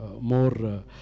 more